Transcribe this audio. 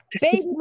Baby